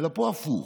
פה זה הפוך.